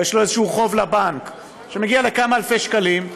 או שיש לו איזשהו חוב לבנק שמגיע לכמה אלפי שקלים,